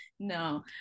no